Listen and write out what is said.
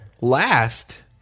last